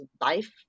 life